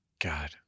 god